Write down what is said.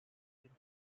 into